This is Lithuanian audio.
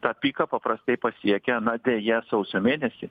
tą piką paprastai pasiekia na deja sausio mėnesį